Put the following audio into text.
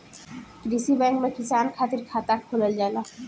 कृषि बैंक में किसान खातिर खाता खोलल जाला